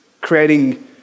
creating